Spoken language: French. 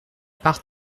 part